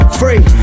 free